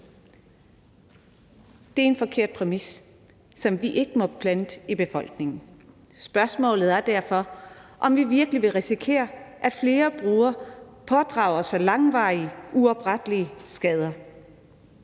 Det er en forkert præmis, som vi ikke må plante i befolkningen. Spørgsmålet er derfor, om vi virkelig vil risikere, at flere brugere pådrager sig langvarige, uoprettelige skader.